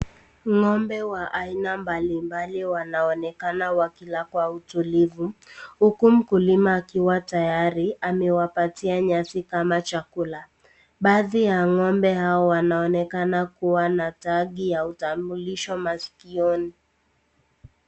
Ng'ombe wa aina mbalimbali wanaonekana wakila kwa utulivu huku mkulima akiwa tayari amewapatia nyasi kama chakula. Baadhi ya ng'ombe hao wanaonekana kuwa na tagi ya utambulisho maskioni.